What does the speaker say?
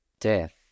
death